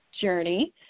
journey